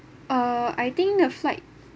uh I think the flight